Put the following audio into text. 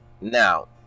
Now